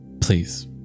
please